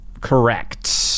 Correct